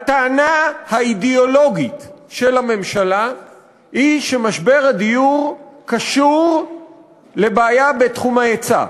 הטענה האידיאולוגית של הממשלה היא שמשבר הדיור קשור לבעיה בתחום ההיצע.